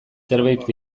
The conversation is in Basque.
zerbait